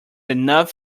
enough